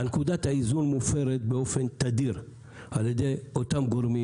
נקודת האיזון מופרת באופן תדיר על ידי אותם גורמים,